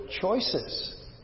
choices